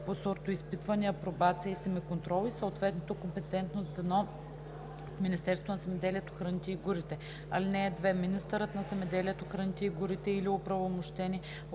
по сортоизпитване, апробация и семеконтрол и съответното компетентно звено в Министерството на земеделието, храните и горите. (2) Министърът на земеделието, храните и горите или оправомощени